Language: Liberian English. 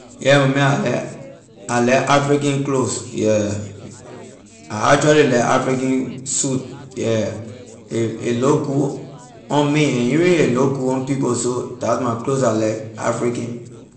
Yeah my man I like I like african clothes yeah I actually like african suit yeah a a look good on me and even a look good on people so that’s my clothes I like african.